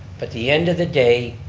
but the end of the day,